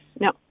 no